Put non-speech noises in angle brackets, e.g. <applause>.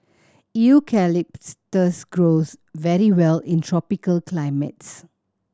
<unintelligible> grows very well in tropical climates